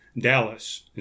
Dallas